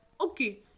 Okay